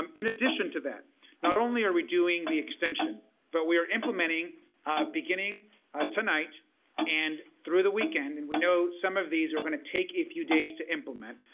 um in addition to that not only are we doing the extension but we are implementing beginning ah tonight and through the weekend and we know some of these are going to take a few days to implement,